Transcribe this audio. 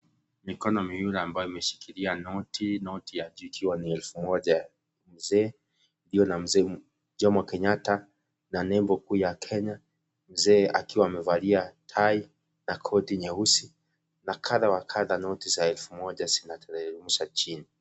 Mikono miwili ambayo imeshikilia noti. Noti ikiwa ni elfu moja mzee, iliyo na mzee Jomo Kenyatta, na nembo kuu ya Kenya. Mzee akiwa amevalia tai na koti nyeusi, na kadha wa kadha noti za elfu moja zinateremusha chini.